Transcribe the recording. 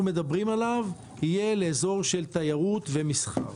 מדברים עליו יהיה לאזור של תיירות ומסחר.